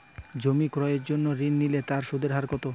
জমি ক্রয়ের জন্য ঋণ নিলে তার সুদের হার কতো?